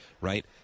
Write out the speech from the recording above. right